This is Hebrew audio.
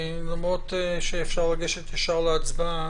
למרות שאפשר לגשת ישר להצבעה,